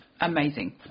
amazing